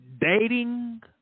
Dating